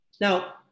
Now